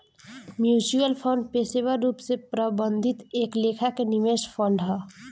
mutual fund पेशेवर रूप से प्रबंधित एक लेखा के निवेश फंड हा